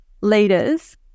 leaders